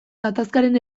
gatazkaren